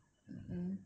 mmhmm